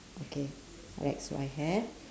okay alright so I have